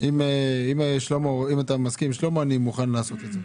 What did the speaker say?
אני לא חושב שההסבר הזה משכנע, אבל כדאי לבדוק.